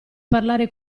parlare